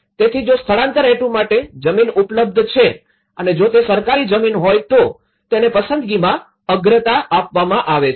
તેથી જો સ્થળાંતર હેતુ માટે જમીન ઉપલબ્ધ છે અને જો તે સરકારી જમીન હોય તો તેને પસંદગીમાં અગ્રતા આપવામાં આવે છે